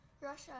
Russia